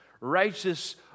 righteous